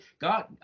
God